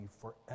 forever